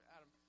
Adam